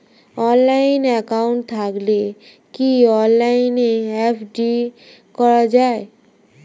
Online account থাকলে কি অনলাইনে এফ.ডি করা যায়?